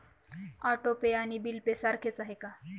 Auto pay आणि bill pay सारखेच आहे का?